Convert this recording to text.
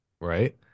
right